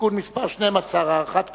(תיקון מס' 12) (הארכת כהונה),